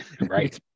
Right